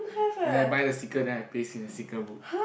and then I buy the sticker then I paste in the sticker book